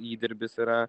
įdirbis yra